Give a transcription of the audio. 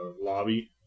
lobby